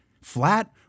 flat